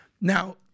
Now